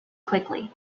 quickly